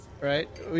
right